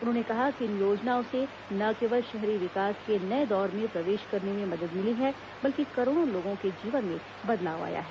उन्होंने कहा कि इन योजनाओं से न केवल शहरी विकास के नए दौर में प्रवेश करने में मदद मिली है बल्कि करोड़ों लोगों के जीवन में बदलाव आया है